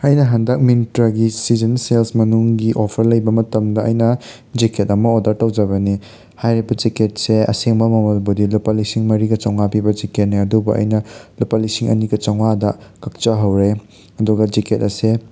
ꯑꯩꯅ ꯍꯟꯗꯛ ꯃꯤꯟꯇ꯭ꯔꯒꯤ ꯁꯤꯖꯟ ꯁꯦꯜꯁ ꯃꯅꯨꯡꯒꯤ ꯑꯣꯐꯔ ꯂꯩꯕ ꯃꯇꯝꯗ ꯑꯩꯅ ꯖꯦꯀꯦꯠ ꯑꯃ ꯑꯣꯗꯔ ꯇꯧꯖꯕꯅꯤ ꯍꯥꯏꯔꯤꯕ ꯖꯦꯀꯦꯠꯁꯦ ꯑꯁꯦꯡꯕ ꯃꯃꯜꯕꯨꯗꯤ ꯂꯨꯄꯥ ꯂꯤꯁꯤꯡ ꯃꯔꯤꯒ ꯆꯥꯝꯉꯥ ꯄꯤꯕ ꯖꯦꯀꯦꯠꯅꯦ ꯑꯗꯨꯕꯨ ꯑꯩꯅ ꯂꯨꯄꯥ ꯂꯤꯁꯤꯡ ꯑꯅꯤꯒ ꯆꯥꯝꯉꯥꯗ ꯀꯛꯆꯍꯧꯔꯦ ꯑꯗꯨꯒ ꯖꯦꯀꯦꯠ ꯑꯁꯦ